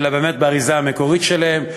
אלא באמת באריזה המקורית שלהם.